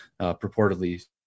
purportedly